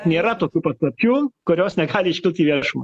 nėra tokių paslapčių kurios negali iškilt į viešumą